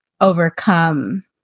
overcome